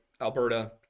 alberta